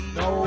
no